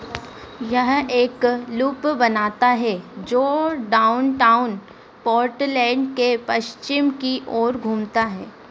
यह एक लूप बनाता है जो डाउनटाउन पोर्टलैंड के पश्चिम की ओर घूमता है